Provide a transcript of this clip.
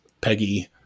Peggy